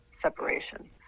separation